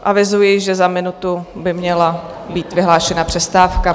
Avizuji, že za minutu by měla být vyhlášena přestávka.